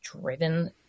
driven